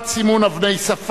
רבניים (קיום פסקי-דין של גירושין)